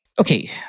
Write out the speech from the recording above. okay